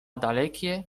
dalekie